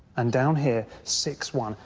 and down here, six one,